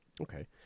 Okay